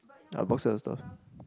ya boxes of stuff